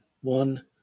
one